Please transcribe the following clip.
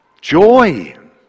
joy